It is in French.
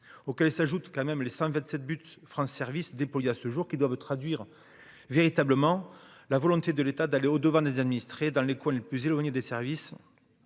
oh, elle s'ajoute quand même les 127 buts France service à ce jour, qui doivent traduire véritablement la volonté de l'état d'aller au devant des administrés dans les coins les plus éloignés des services